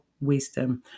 wisdom